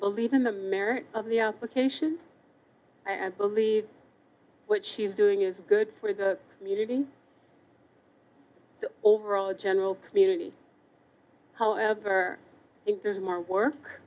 believe in the merit of the application and believe what she's doing is good for the community overall general community however if there's more work